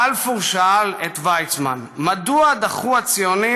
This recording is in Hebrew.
בלפור שאל את ויצמן: מדוע דחו הציונים